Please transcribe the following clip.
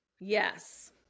Yes